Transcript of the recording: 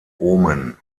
omen